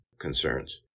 concerns